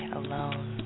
alone